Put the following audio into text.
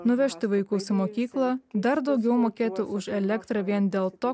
nuvežti vaikus į mokyklą dar daugiau mokėti už elektrą vien dėl to